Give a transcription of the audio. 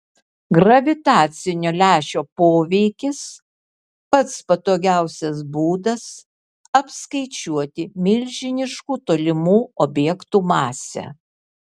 gravitacinio lęšio poveikis pats patogiausias būdas apskaičiuoti milžiniškų tolimų objektų masę